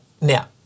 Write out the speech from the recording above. Now